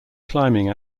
climbing